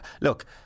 look